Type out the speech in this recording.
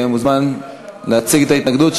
מוזמן להציג את ההתנגדות,